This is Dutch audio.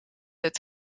het